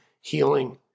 healing